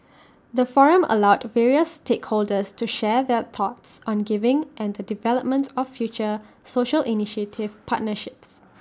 the forum allowed various stakeholders to share their thoughts on giving and the development of future social initiative partnerships